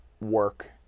Work